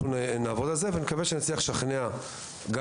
נעבוד על זה ונקווה שנצליח לשכנע את